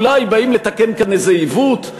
אולי באים לתקן כאן איזה עיוות.